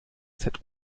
zob